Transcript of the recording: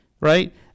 right